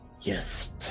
Yes